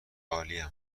عالیم